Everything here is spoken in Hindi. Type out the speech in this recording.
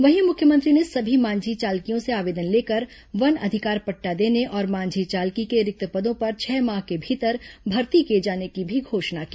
वहीं मुख्यमंत्री ने सभी मांझी चालकियों से आवेदन लेकर वन अधिकार पट्टा देने और मांझी चालकी के रिक्त पदों पर छह माह के भीतर भर्ती किए जाने की भी घोषणा की